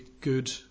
Good